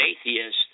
atheist